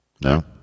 no